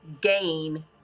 Gain